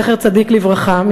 זכר צדיק לברכה,